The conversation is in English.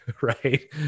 Right